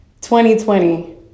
2020